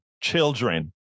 children